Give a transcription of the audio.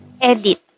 edit